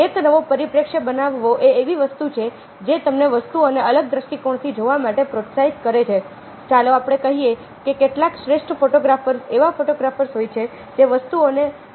એક નવો પરિપ્રેક્ષ્ય બનાવવો એ એવી વસ્તુ છે જે તમને વસ્તુઓને અલગ દૃષ્ટિકોણથી જોવા માટે પ્રોત્સાહિત કરે છે ચાલો આપણે કહીએ કે કેટલાક શ્રેષ્ઠ ફોટોગ્રાફ્સ એવા ફોટોગ્રાફ્સ હોય છે જે વસ્તુઓને નવી રીતે જોવાનું શરૂ કરે છે